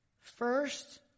First